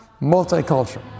multicultural